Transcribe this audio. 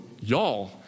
y'all